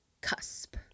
cusp